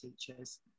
teachers